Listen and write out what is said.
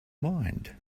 mind